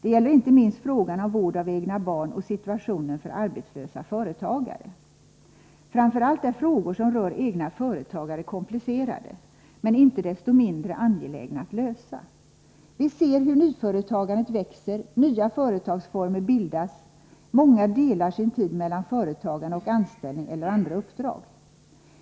Det gäller inte minst frågan om vård av egna barn och situationen för arbetslösa företagare. Framför allt är frågor som rör egna företagare komplicerade, men inte desto mindre angelägna att lösa. Vi ser hur nyföretagandet växer, nya företagsformer bildas. Många delar sin tid mellan företagande och anställning eller andra uppdrag.